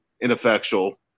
ineffectual